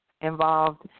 involved